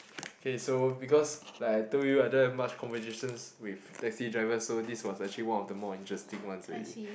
K so because like I told you I don't have much conversations with taxi driver so this was actually one of the more interesting ones already